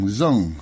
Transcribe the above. zong